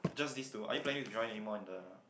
just this two are you plan to join anymore in the